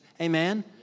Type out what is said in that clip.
Amen